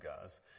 guys